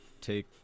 take